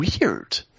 weird